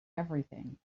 everything